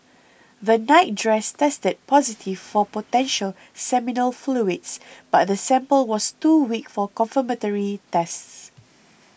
the nightdress tested positive for potential seminal fluids but the sample was too weak for confirmatory tests